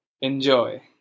Enjoy